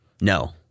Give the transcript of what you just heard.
No